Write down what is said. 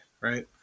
right